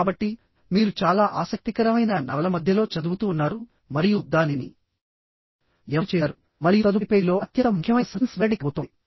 కాబట్టిమీరు చాలా ఆసక్తికరమైన నవల మధ్యలో చదువుతు ఉన్నారు మరియు దానిని ఎవరు చేసారు మరియు తదుపరి పేజీలో అత్యంత ముఖ్యమైన సస్పెన్స్ వెల్లడి కాబోతోంది